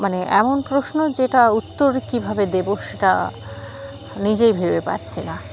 মানে এমন প্রশ্ন যেটা উত্তর কীভাবে দেবো সেটা নিজেই ভেবে পাচ্ছি না